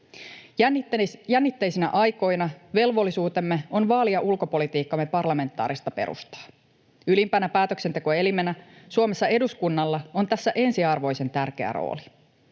Jännitteisinä aikoina velvollisuutemme on vaalia ulkopolitiikkamme parlamentaarista perustaa. Ylimpänä päätöksentekoelimenä Suomessa eduskunnalla on tässä ensiarvoisen tärkeä rooli.